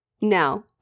Now